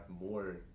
more